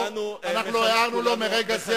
אדבר על הנשיא, אני אדבר על מה שהוא